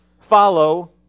follow